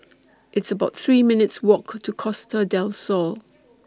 It's about three minutes' Walk to Costa Del Sol